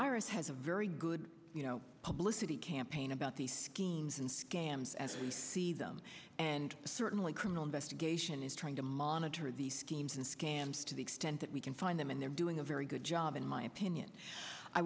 iris has a very good you know publicity campaign about these schemes and scams as i see them and certainly criminal investigation is trying to monitor these schemes and scams to the extent that we can find them and they're doing a very good job in my opinion i